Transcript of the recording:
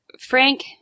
Frank